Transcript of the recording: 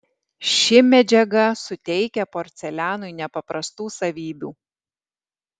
ši medžiaga suteikia porcelianui nepaprastų savybių